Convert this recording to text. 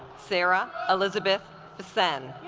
sara elizabeth the sin